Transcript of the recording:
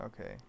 Okay